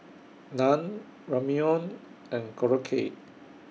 Naan Ramyeon and Korokke